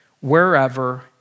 wherever